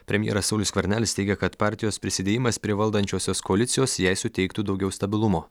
premjeras saulius skvernelis teigia kad partijos prisidėjimas prie valdančiosios koalicijos jai suteiktų daugiau stabilumo